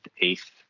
eighth